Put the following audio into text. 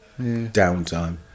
downtime